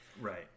right